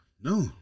No